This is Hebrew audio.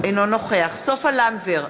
אינו נוכח סופה לנדבר,